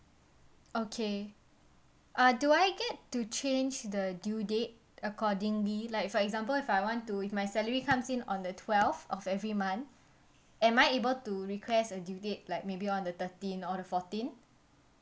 okay uh do I get to change the due date accordingly like for example if I want to if my salary comes in on the twelfth of every month am I able to request a due date like maybe on the thirteen or the fourteen